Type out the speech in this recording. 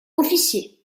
officier